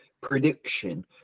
prediction